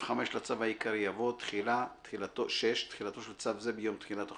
5 לצו העיקרי יבוא: "תחילה 6. תחילתו של צו זה ביום תחילת החוק,